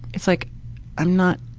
it's like i'm not,